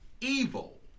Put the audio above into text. Evil